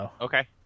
Okay